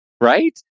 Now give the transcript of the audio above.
right